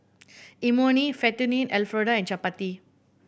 Imoni Fettuccine Alfredo and Chapati